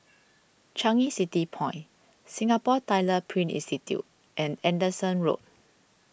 Changi City Point Singapore Tyler Print Institute and Anderson Road